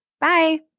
Bye